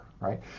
right